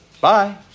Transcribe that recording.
Bye